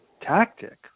tactic